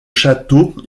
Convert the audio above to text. château